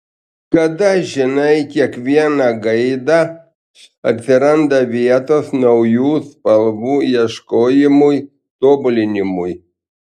kada žinai kiekvieną gaidą atsiranda vietos naujų spalvų ieškojimui tobulinimui